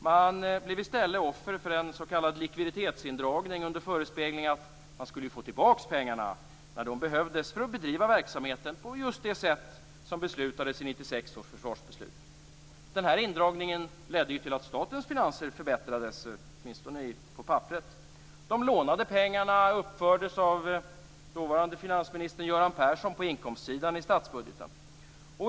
Man blev i stället offer för en s.k. likviditetsindragning under förespegling att man skulle få tillbaka pengarna när de behövdes för att bedriva verksamheten just på det sätt som bestämdes i Den här indragningen ledde ju till att statens finanser förbättrades, åtminstone på papperet. De lånade pengarna uppfördes av dåvarande finansministern Göran Persson på inkomstsidan i statsbudgeten.